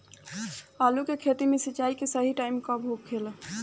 आलू के खेती मे सिंचाई के सही टाइम कब होखे ला?